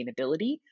sustainability